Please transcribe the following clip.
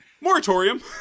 moratorium